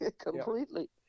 completely